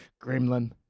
gremlin